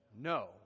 no